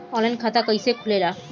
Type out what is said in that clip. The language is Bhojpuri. आनलाइन खाता कइसे खुलेला?